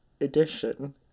edition